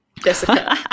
Jessica